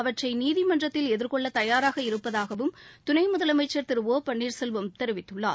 அவற்றை நீதிமன்றத்தில் எதிர்கொள்ள தயாராக இருப்பதாகவும் துணை முதலமைச்சர் திரு ஒபன்னீர்செல்வம் தெரிவித்துள்ளார்